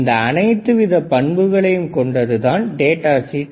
இந்த அனைத்து வித பண்புகளையும் கொண்டது தான் டேட்டா ஷீட்